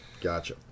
Gotcha